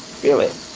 feel it